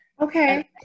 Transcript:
Okay